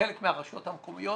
חלק מהרשויות המקומיות,